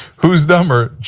who is dumber,